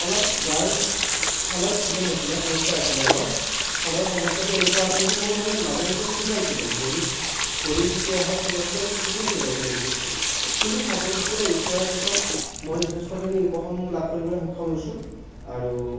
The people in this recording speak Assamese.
অলপ গাৰ ছালৰ প্ৰব্লেম আছিলে সমস্যা আছিলে অলপ ছালৰ সমস্যাটো এনেকুৱা আছিলে যে মোৰ মানে মাজে মাজে খজুৱাইছিলে ভৰিত ভৰিৰ কিছু অংশত খজুৱাইছিলে আৰু পিঠিখন খজুৱাইছিলে বিশেষকৈ কিন্তু চাবোনটুকুৰা ইউজ কৰাৰ পিছত মই যথেষ্টখিনি উপশম লাভ কৰিবলৈ সক্ষম হৈছোঁ আৰু